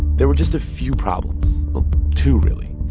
there were just a few problems well, two, really.